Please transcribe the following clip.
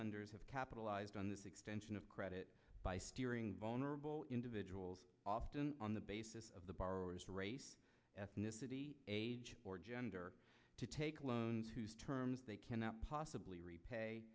wonders have capitalized on this extension of credit by steering vulnerable individuals often on the basis of the borrowers race ethnicity or gender to take loans whose terms they cannot possibly repay